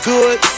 Good